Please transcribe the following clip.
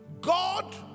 God